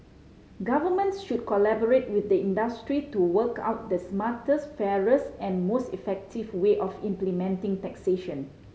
governments should collaborate with the industry to work out the smartest fairest and most effective way of implementing taxation